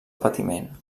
patiment